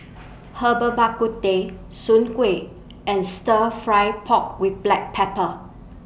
Herbal Bak Ku Teh Soon Kway and Stir Fry Pork with Black Pepper